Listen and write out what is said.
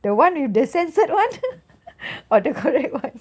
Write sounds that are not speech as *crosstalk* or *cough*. the one with the censored one *noise* or the correct one